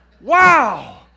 Wow